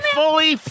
fully